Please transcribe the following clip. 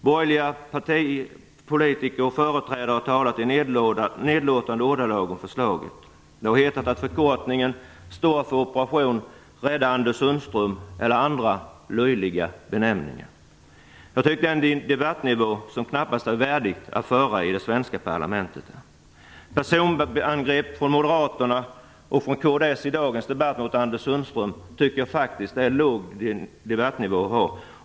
Borgerliga politiker och företrädare har talat i nedlåtande ordalag om förslaget. Man har sagt att förkortningen står för operation Rädda Anders Sundström eller gjort andra löjliga tolkningar. Jag tycker att detta är en debattnivå som knappast är värdig det svenska parlamentet. Personangrepp mot Anders Sundström har gjorts från moderaterna och från kds i dagens debatt. Jag tycker att de är uttryck för en låg debattnivå.